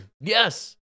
Yes